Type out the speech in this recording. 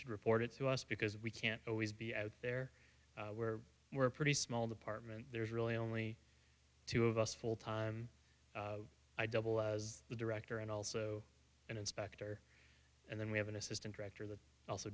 should report it to us because we can't always be out there where we're pretty small department there's really only two of us full time i double as the director and also an inspector and then we have an assistant director